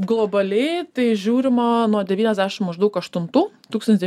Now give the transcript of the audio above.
globaliai tai žiūrima nuo devyniasdešim maždaug aštuntų tūkstantis devyni